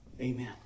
Amen